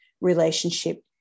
relationship